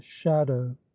shadow